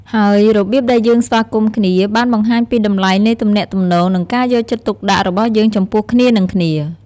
ហើយរបៀបដែលយើងស្វាគមន៍គ្នា បានបង្ហាញពីតម្លៃនៃទំនាក់ទំនង និងការយកចិត្តទុកដាក់របស់យើងចំពោះគ្នានិងគ្នា។